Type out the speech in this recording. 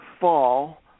fall